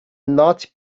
not